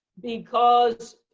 because